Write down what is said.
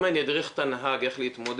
אם אני אדריך את הנהג איך להתמודד,